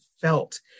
felt